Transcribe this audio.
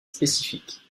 spécifique